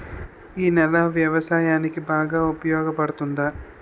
ఈ నేల వ్యవసాయానికి బాగా ఉపయోగపడుతుందా?